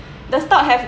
the stock have